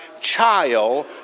child